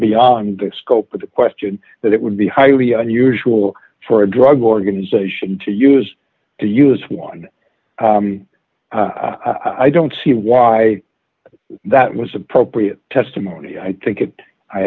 beyond the scope of the question that it would be highly unusual for a drug organization to use to use one i don't see why that was appropriate testimony i think it i